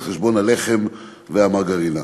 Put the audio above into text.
על חשבון הלחם והמרגרינה.